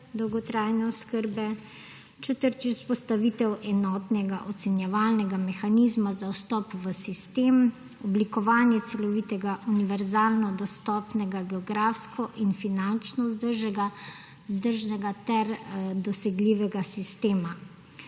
dolgotrajne oskrbe. Četrtič, vzpostavitev enotnega ocenjevalnega mehanizma za vstop v sistem, oblikovanje celovitega univerzalno dostopnega geografsko in finančno vzdržnega ter dosegljivega sistema.